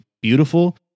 beautiful